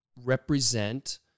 represent